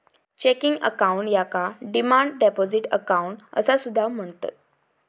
checking account याका demand deposit account असा सुद्धा म्हणतत